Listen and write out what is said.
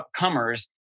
upcomers